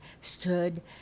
stood